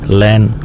land